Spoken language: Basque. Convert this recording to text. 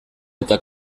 eta